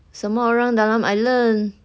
semua orang dalam island